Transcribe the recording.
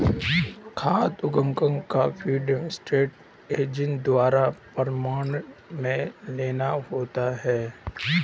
खाद्य उद्योगों को फूड स्टैंडर्ड एजेंसी द्वारा प्रमाणन भी लेना होता है